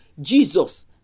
Jesus